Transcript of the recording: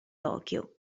tokyo